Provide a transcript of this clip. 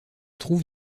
trouve